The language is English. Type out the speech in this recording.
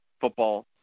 football